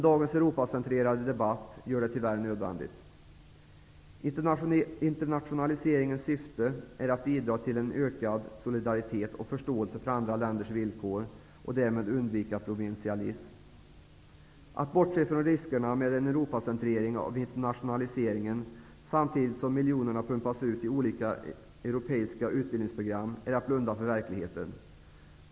Dagens Europacentrerade debatt gör det tyvärr nödvändigt. Internationaliseringens syfte är att bidra till en ökad solidaritet och förståelse för andra länders villkor, för att därmed undvika provinsialism. Att bortse från riskerna med en Europacentrering av internationaliseringen, samtidigt som miljonerna pumpas ut i olika europeiska utbildningsprogram, är att blunda för verkligheten.